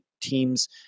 teams